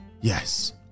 yes